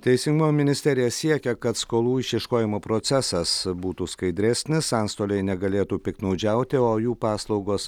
teisingumo ministerija siekia kad skolų išieškojimo procesas būtų skaidresnis antstoliai negalėtų piktnaudžiauti o jų paslaugos